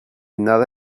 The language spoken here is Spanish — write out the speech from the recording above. nada